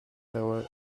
tower